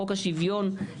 חוק השוויון,